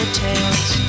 tales